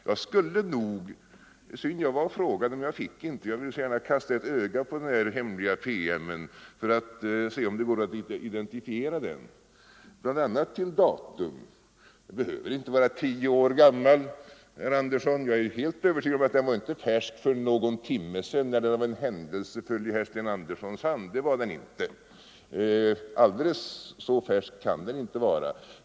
Jag gick fram och bad att få kasta ett öga på denna ”hemliga PM” för att se om det var möjligt att identifiera den — bl.a. till datum — men det fick jag inte göra. Den behöver ju inte vara tio år gammal. Jag är helt övertygad om att den inte var färsk när den för någon timme sedan av någon händelse föll i Sten Anderssons hand. Så färsk kan den inte vara.